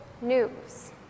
news